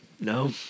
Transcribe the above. No